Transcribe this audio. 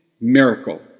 miracle